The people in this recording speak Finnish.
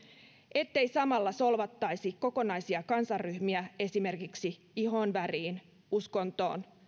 ettei samalla solvattaisi kokonaisia kansanryhmiä esimerkiksi ihonväriin uskontoon